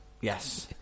Yes